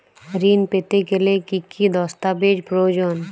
ঋণ পেতে গেলে কি কি দস্তাবেজ প্রয়োজন?